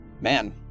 Man